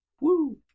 Woo